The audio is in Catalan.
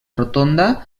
rotonda